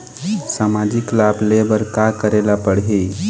सामाजिक लाभ ले बर का करे ला पड़ही?